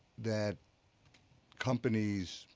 that accompanies,